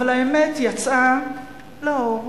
אבל האמת יצאה לאור.